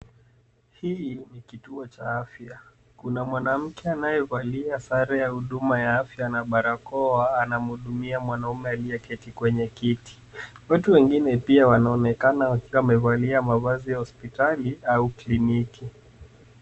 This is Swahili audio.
Hii ni kituo cha afya, kuna mwanamke anayevalia sare ya huduma ya afya na barakoa anamhudumia mwanaume aliyeketi kwenye kiti. Watu wengine pia wanaonekana wakiwa wamevalia mavazi ya hospitali au kliniki.